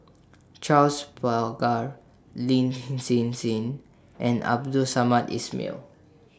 Charles Paglar Lin Hsin Hsin and Abdul Samad Ismail